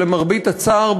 שלמרבה הצער,